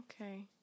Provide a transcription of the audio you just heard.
Okay